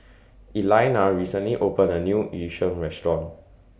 Elaina recently opened A New Yu Sheng Restaurant